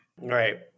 Right